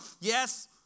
Yes